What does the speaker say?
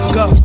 go